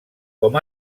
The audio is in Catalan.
com